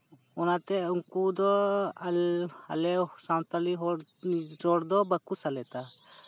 ᱚᱱᱟᱛᱮ ᱩᱱᱠᱩ ᱫᱚ ᱟᱞᱮ ᱥᱟᱱᱛᱟᱲ ᱦᱚᱲ ᱨᱚᱲ ᱫᱚ ᱵᱟᱠᱚ ᱥᱮᱞᱮᱫᱟ